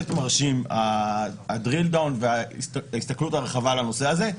מרשים ה-drill down וההסתכלות הרחבה על הנושא הזה.